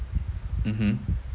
mmhmm